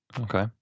okay